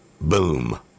Boom